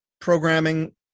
programming